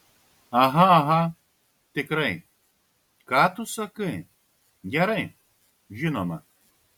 aha aha tikrai ką tu sakai gerai žinoma